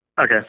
Okay